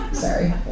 sorry